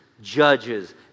judges